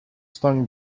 stung